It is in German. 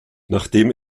nachdem